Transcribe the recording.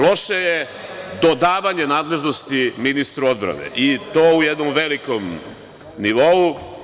Loše je dodavanje nadležnosti ministru odbrane i to u jednom velikom nivou.